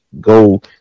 go